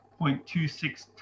0.26